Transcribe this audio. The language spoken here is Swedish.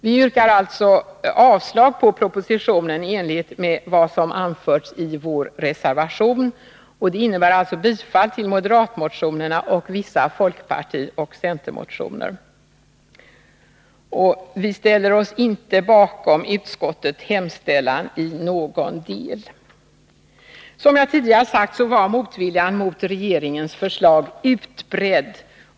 Vi yrkar således avslag på propositionen i enlighet med vad som anförts i vår reservation. Det innebär alltså bifall till moderatmotionerna samt till vissa folkpartioch centerpartimotioner. Vi ställer oss inte bakom utskottets hemställan i någon del. Som jag tidigare sagt var motviljan mot regeringens förslag utbredd.